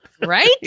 Right